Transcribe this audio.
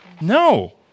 No